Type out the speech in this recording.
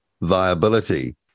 viability